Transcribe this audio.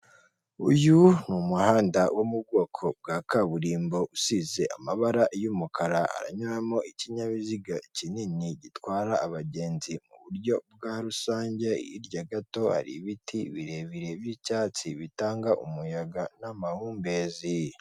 Uyu ni umuhanda wo mu bwoko bwa kaburimbo usize amabara y'umukara, haranyuramo ikinyabiziga kinini gitwara abagenzi mu buryo bwa rusange hirya gato hari ibiti birebire by'icyatsi bitanga umuyaga n'amahumbezi.